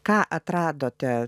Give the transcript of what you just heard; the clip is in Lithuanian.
ką atradote